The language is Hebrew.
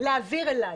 להעביר אליי